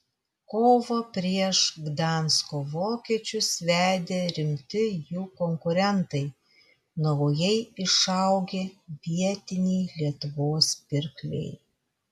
kovą prieš gdansko vokiečius vedė rimti jų konkurentai naujai išaugę vietiniai lietuvos pirkliai